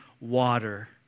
water